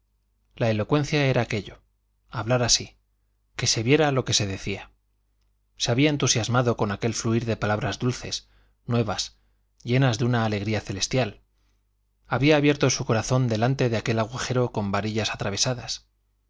la elocuencia era aquello hablar así que se viera lo que se decía se había entusiasmado con aquel fluir de palabras dulces nuevas llenas de una alegría celestial había abierto su corazón delante de aquel agujero con varillas atravesadas